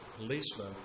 Policeman